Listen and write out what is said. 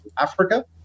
Africa